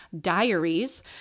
DIARIES